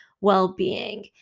well-being